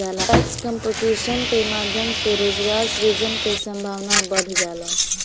tax competition के माध्यम से रोजगार सृजन के संभावना बढ़ जाला